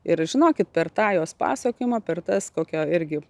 ir žinokit per tą jos pasakojimą per tas kokio irgi